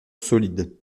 solide